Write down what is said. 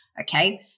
Okay